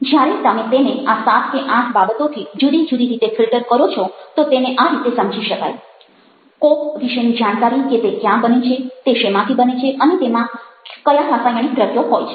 જ્યારે તમે તેને આ સાત કે આઠ બાબતોથી જુદી જુદી રીતે ફિલ્ટર કરો છો તો તેને આ રીતે સમજી શકાય કોક વિશેની જાણકારી કે તે ક્યાં બને છે તે શેમાંથી બને છે અને તેમાં ક્યા રાસાયણિક દ્રવ્યો હોય છે